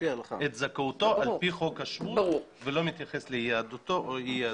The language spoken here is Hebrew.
את זכאותו על פי חוק השבות ולא מתייחס ליהדותו או אי יהדותו.